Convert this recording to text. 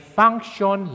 function